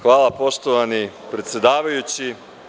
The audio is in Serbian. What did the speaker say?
Hvala poštovani predsedavajući.